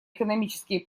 экономические